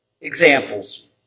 examples